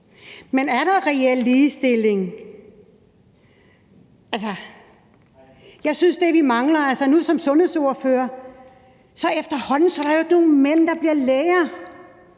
Men er der reel ligestilling? Jeg synes, at vi som sundhedsordførere mangler noget. Efterhånden er der jo ikke nogen mænd, der bliver læger,